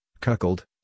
cuckold